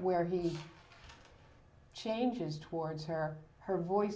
where he changes towards her her voice